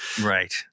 right